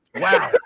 Wow